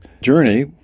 journey